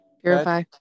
Purify